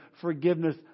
forgiveness